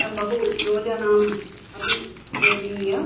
एवं बहु योजनाम् अपि निर्मीय